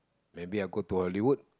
maybe I go to Hollywood